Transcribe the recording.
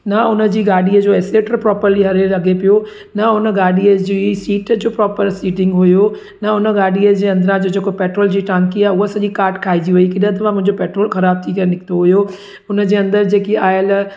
न हुनजी गाॾीअ जो एसलेटर प्रॉपरली हाली लॻे पियो न हुन गाॾीअ जी सीट जो प्रॉपर सीटिंग हुओ न हुन गाॾीअ जे अंदरा जे जेको पेट्रोल जी टांकी आहे उहा सॼी काट खाइजी वेई केॾा दफ़ा मुंहिंजो पेट्रोल ख़राबु थी करे निकितो हुओ हुनजे अंदरि जेकी आयल